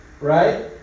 right